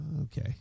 Okay